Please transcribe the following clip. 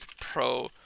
Pro